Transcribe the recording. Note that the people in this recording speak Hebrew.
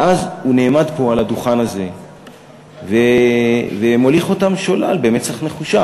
ואז הוא נעמד פה על הדוכן הזה ומוליך אותם שולל במצח נחושה.